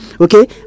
Okay